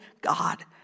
God